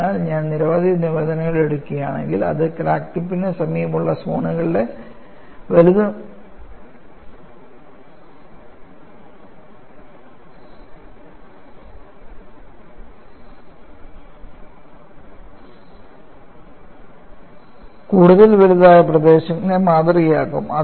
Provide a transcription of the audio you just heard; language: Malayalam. അതിനാൽ ഞാൻ നിരവധി നിബന്ധനകൾ എടുക്കുകയാണെങ്കിൽ അത് ക്രാക്ക് ടിപ്പിന് സമീപമുള്ള സോണുകളുടെ കൂടുതൽ വലുതുമായ പ്രദേശങ്ങളെ മാതൃകയാക്കും